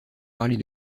parler